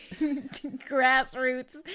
grassroots